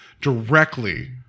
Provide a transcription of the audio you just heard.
directly